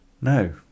No